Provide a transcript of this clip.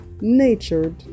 natured